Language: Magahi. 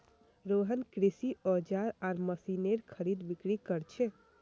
रोहन कृषि औजार आर मशीनेर खरीदबिक्री कर छे